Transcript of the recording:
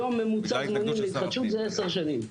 היום ממוצע זמנים להתחדשות, זה עשר שנים.